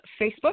Facebook